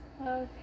Okay